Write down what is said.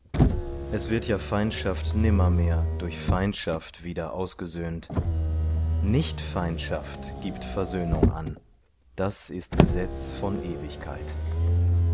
es wird ja feindschaft nimmermehr durch feindschaft wieder ausgesöhnt nichtfeindschaft gibt versöhnung an das ist gesetz von ewigkeit